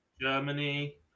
Germany